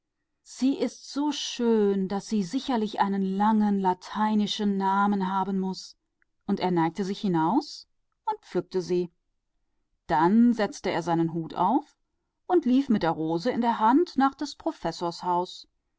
sie ist so schön ich bin sicher sie hat einen langen lateinischen namen und er lehnte sich hinaus und pflückte sie dann setzte er seinen hut auf und lief dem professor ins haus mit der rose in der hand des professors